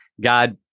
God